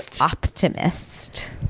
optimist